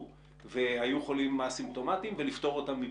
והיו חולים א-סימפטומטים ולפטור אותם מבידוד?